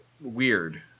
weird